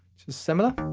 similar.